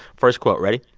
first quote. ready?